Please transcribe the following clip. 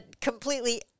completely